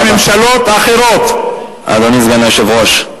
בממשלות אחרות, אדוני סגן היושב-ראש,